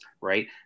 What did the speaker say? right